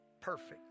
perfect